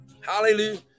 Hallelujah